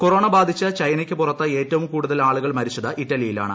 corona ബാധിച്ച് ചൈനയ്ക്ക് പുറത്ത് ഏറ്റവും കൂടുതൽ ആളുകൾ മരിച്ചത് ഇറ്റലിയിലാണ്